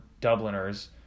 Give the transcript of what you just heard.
Dubliners